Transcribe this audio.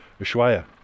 Ushuaia